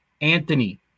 Anthony